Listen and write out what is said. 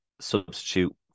substitute